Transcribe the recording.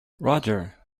roger